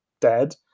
dead